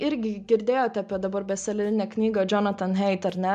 irgi girdėjote apie dabar bestselerinę knygą džonatan heit ane